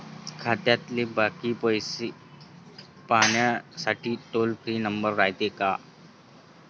खात्यातले बाकी पैसे पाहासाठी टोल फ्री नंबर रायते का?